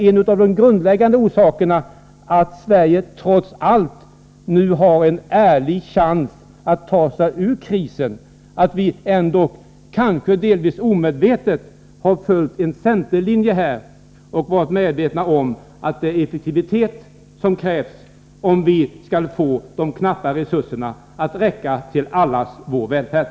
En av de grundläggande orsakerna till att Sverige trots allt nu har en ärlig chans att ta sig ur krisen är att man — kanske delvis omedvetet — har följt en centerlinje, i medvetande om att det är effektivitet som krävs för att vi skall få de knappa resurserna att räcka till allas vår välfärd.